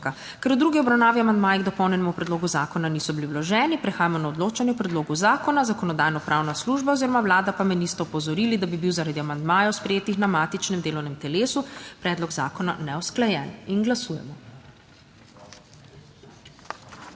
Ker v drugi obravnavi amandmaji k dopolnjenemu predlogu zakona niso bili vloženi, prehajamo na odločanje o predlogu zakona. Zakonodajno-pravna služba oziroma Vlada pa me nista opozorili, da bi bil zaradi amandmajev, sprejetih na matičnem delovnem telesu predlog zakona neusklajen. Glasujemo.